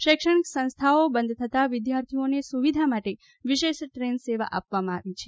શૈક્ષણિક સંસ્થાઓ બંધ થતાં વિદ્યાર્થીઓને સુવિધા માટે વિશેષ ટ્રેન સેવા આપવામાં આવી છે